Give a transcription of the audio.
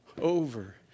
Over